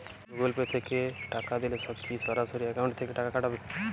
Google Pay তে টাকা দিলে কি সরাসরি অ্যাকাউন্ট থেকে টাকা কাটাবে?